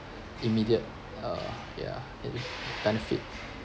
immediate uh ya benefit